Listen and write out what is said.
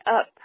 up